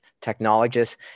technologists